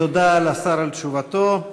תודה לשר על תשובתו.